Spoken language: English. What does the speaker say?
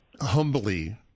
humbly